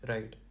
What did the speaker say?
Right